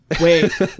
Wait